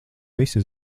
visi